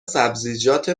سبزیجات